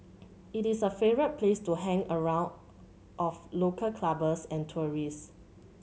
it is a favourite place to hang around of local clubbers and tourists